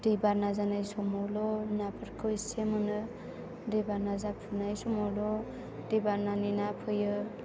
दैबाना जानाय समावल' नाफोरखौ एसे मोनो दैबाना जाफुनाय समावल' दै बानानि ना फैयो